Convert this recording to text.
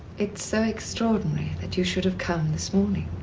it's so extraordinary that you should have come this morning.